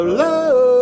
love